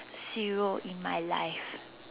zero in my life